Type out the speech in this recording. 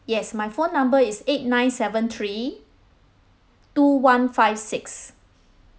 yes my phone number is eight nine seven three two one five six